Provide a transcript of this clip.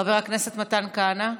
חבר הכנסת מתן כהנא,